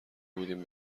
بودیم